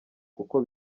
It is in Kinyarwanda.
kuko